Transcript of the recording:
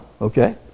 Okay